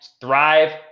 thrive